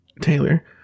Taylor